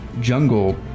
Jungle